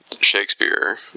Shakespeare